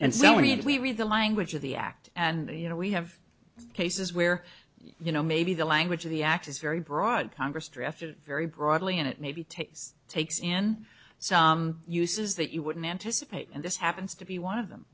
and so we had we read the language of the act and you know we have cases where you know maybe the language of the act is very broad congress drafted very broadly and it maybe takes takes in some uses that you wouldn't anticipate and this happens to be one of them